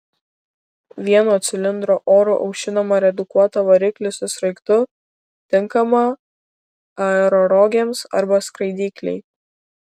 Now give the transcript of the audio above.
vieno cilindro oru aušinamą redukuotą variklį su sraigtu tinkamą aerorogėms arba skraidyklei